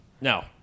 Now